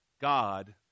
God